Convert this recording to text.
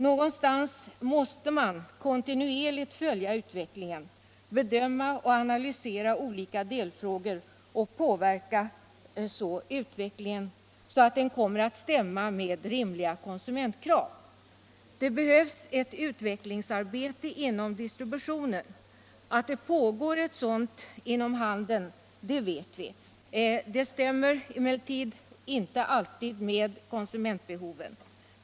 Någonstans måste man kontinuerligt följa utvecklingen, bedöma och analysera olika delfrågor och på det sättet påverka utvecklingen, så att den kommer att stämma med rimliga konsumentkrav. Det behövs ett utvecklingsarbete inom distributionen. Att det pågår ett sådant inom handeln vet vi. Det stämmer emellertid inte alltid med konsumentbehoven.